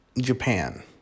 Japan